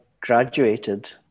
graduated